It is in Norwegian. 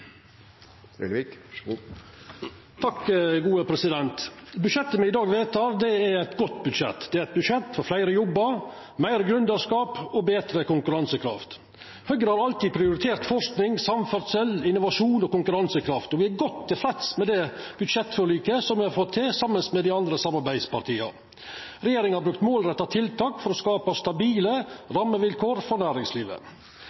Budsjettet me i dag vedtek, er eit godt budsjett. Det er eit budsjett for fleire jobbar, meir gründerskap og betre konkurransekraft. Høgre har alltid prioritert forsking, samferdsel, innovasjon og konkurransekraft, og me er godt tilfreds med det budsjettforliket me har fått til saman med dei andre samarbeidspartia. Regjeringa har brukt målretta tiltak for å skapa stabile